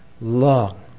long